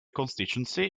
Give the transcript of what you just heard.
constituency